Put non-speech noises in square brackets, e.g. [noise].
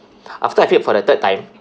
[breath] after I failed for the third time